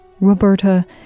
Roberta